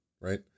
right